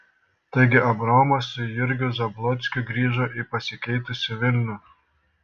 taigi abraomas su jurgiu zablockiu grįžo į pasikeitusį vilnių